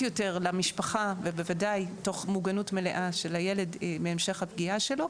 יותר למשפחה ובוודאי תוך מוגנות מלאה של הילד מהמשך הפגיעה שלו,